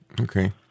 Okay